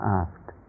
asked